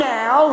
now